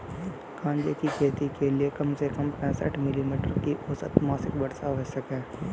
गांजे की खेती के लिए कम से कम पैंसठ मिली मीटर की औसत मासिक वर्षा आवश्यक है